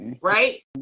right